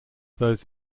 those